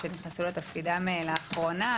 שנכנסו לתפקידם לאחרונה,